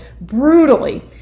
brutally